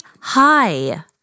hi